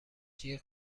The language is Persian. جیغ